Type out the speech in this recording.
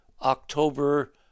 October